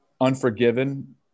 Unforgiven